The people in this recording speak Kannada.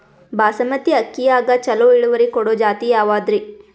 ಬಾಸಮತಿ ಅಕ್ಕಿಯಾಗ ಚಲೋ ಇಳುವರಿ ಕೊಡೊ ಜಾತಿ ಯಾವಾದ್ರಿ?